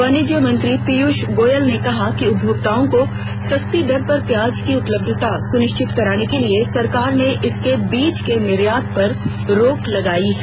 वाणिज्य मंत्री पीयूष गोयल ने कहा कि उपभोक्ताओं को सस्ती दर पर प्याज की उपलब्धता सुनिश्चित करने के लिये सरकार ने इसके बीज के निर्यात पर रोक लगायी है